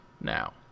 Now